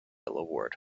award